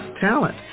talent